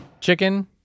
chicken